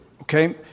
okay